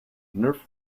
nerf